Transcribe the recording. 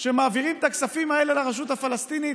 שמעבירים את הכספים האלה לרשות הפלסטינית,